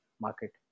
market